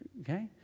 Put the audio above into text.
Okay